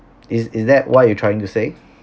is is that what you trying to say